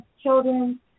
children